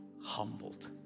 humbled